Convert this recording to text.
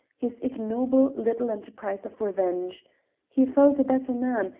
his ignoble little emprise of revenge he felt a better man,